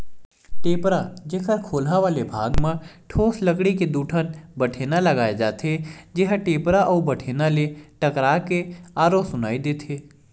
टेपरा, जेखर खोलहा वाले भाग म ठोस लकड़ी के दू ठन बठेना लगाय जाथे, जेहा टेपरा अउ बठेना ले टकरा के आरो सुनई देथे